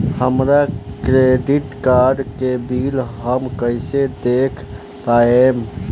हमरा credit card के bill हम कइसे देख पाएम?